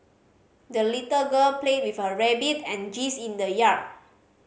the little girl played with her rabbit and in the yard